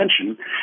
attention